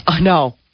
No